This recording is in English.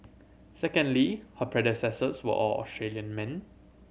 secondly her predecessors were all Australian men